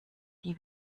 die